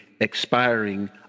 expiring